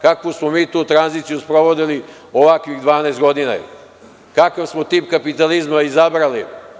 Kakvu smo mi tu tranziciju sprovodili ovih 12 godina? kakav smo tip kapitalizma izabrali?